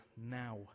now